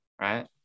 right